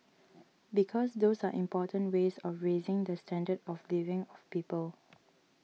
because those are important ways of raising the standard of living of people